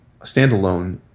standalone